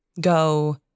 go